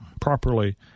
properly